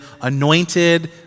anointed